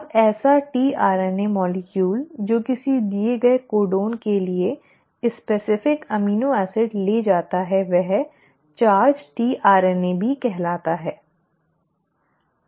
अब ऐसा tRNA अणु जो किसी दिए गए कोडन के लिए विशिष्ट अमीनो एसिड ले जाता है वह आवेशित tRNA भी कहलाता है